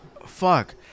fuck